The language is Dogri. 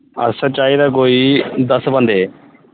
अस चाहिदे कोई दस बंदे